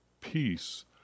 peace